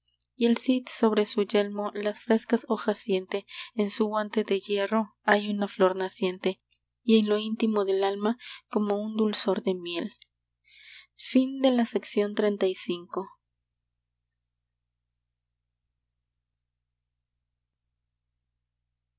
y el cid sobre su yelmo las frescas hojas siente en su guante de hierro hay una flor naciente y en lo íntimo del alma como un dulzor de miel dezires